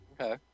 Okay